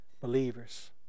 believers